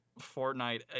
Fortnite